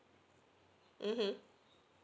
mmhmm